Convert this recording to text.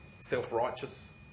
Self-righteous